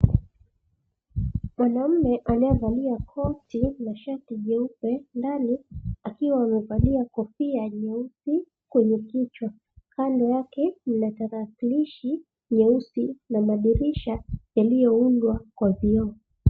Mwanaume anayevalia koti na shati jeupe ndani akiwa amevalia kofia nyeusi kwenye kichwa kando yake mna tarakilishi nyeusi na madirisha yaliyoundwa kwa vioo.